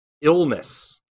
illness